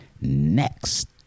next